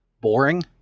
boring